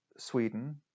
Sweden